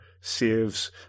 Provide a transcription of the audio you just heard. saves